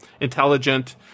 intelligent